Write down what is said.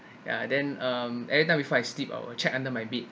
ya then um every time before I sleep I will check under my bed